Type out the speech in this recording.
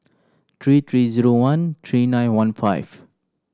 three three zero one three nine one five